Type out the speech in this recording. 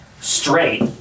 Straight